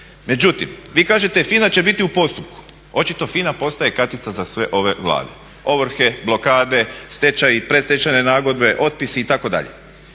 Međutim, vi kažete FINA će biti u postupku. Očito FINA postaje kartica za sve ove Vlade, ovrhe, blokade, stečaji, predstečajne nagodbe, otpisi itd.